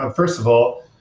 ah first of all,